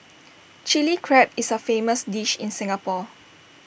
Chilli Crab is A famous dish in Singapore